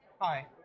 Hi